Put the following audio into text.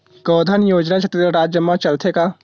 गौधन योजना छत्तीसगढ़ राज्य मा चलथे का?